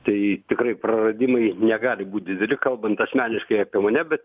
tai tikrai praradimai negali būt dideli kalbant asmeniškai apie mane bet